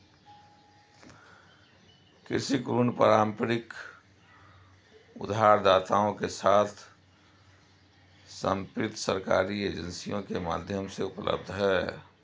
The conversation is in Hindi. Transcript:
कृषि ऋण पारंपरिक उधारदाताओं के साथ समर्पित सरकारी एजेंसियों के माध्यम से उपलब्ध हैं